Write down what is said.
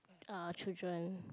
uh children